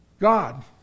God